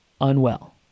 unwell